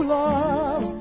love